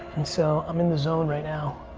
and so, i'm in the zone right now.